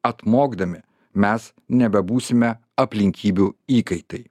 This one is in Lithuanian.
atmokdami mes nebebūsime aplinkybių įkaitai